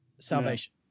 salvation